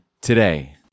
today